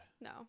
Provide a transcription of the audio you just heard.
no